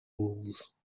rules